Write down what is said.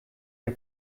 der